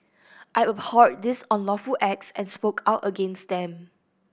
I abhorred these unlawful acts and spoke out against them